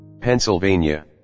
Pennsylvania